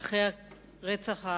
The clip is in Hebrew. אחרי רצח,